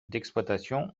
d’exploitation